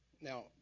now